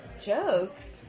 Jokes